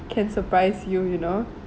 can surprise you you know